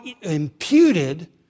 imputed